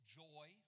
joy